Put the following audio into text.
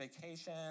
vacation